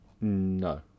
No